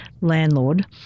landlord